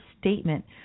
statement